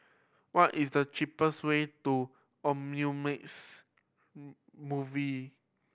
what is the cheapest way to Omnimax Movie